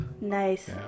Nice